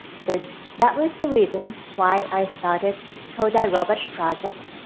so that was the reason why i started todai robot project,